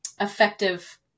effective